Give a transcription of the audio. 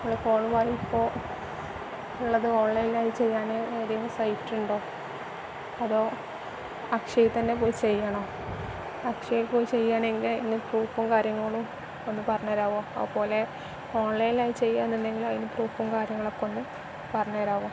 നമ്മൾ ഫോണ് വഴി ഇപ്പോൾ ഉള്ളത് ഓൺലൈനിലായി ചെയ്യാൻ ഏതെങ്കിലും സൈറ്റ് ഉണ്ടോ അതോ അക്ഷയയിൽ തന്നെ പോയി ചെയ്യണോ അക്ഷയയിൽ പോയി ചെയ്യണമെങ്കിൽ അതിന് പ്രൂഫും കാര്യങ്ങളും ഒന്ന് പറഞ്ഞുതരാമോ അതുപോലെ ഓൺലൈനിലായി ചെയ്യുകയാണെന്നുണ്ടെങ്കിൽ അതിന് പ്രൂഫും കാര്യങ്ങളൊക്കെ ഒന്ന് പറഞ്ഞുതരാമോ